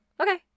okay